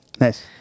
nice